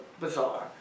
bizarre